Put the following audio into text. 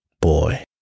boy